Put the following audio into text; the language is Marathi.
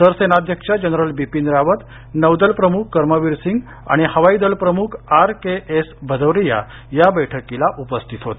सरसेनाध्यक्ष जनरल बिपिन रावत नौदल प्रमुख कर्मवीर सिंग आणि हवाईदल प्रमुख आर के एस भदौरिया या बैठकीला उपस्थित होते